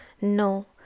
No